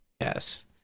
yes